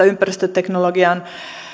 ympäristöteknologian